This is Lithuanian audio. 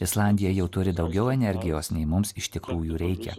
islandija jau turi daugiau energijos nei mums iš tikrųjų reikia